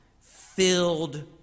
filled